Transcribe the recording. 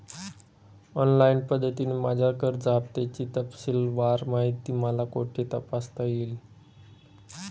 Online पद्धतीने माझ्या कर्ज हफ्त्याची तपशीलवार माहिती मला कुठे तपासता येईल?